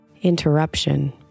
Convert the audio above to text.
interruption